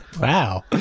Wow